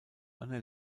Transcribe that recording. einer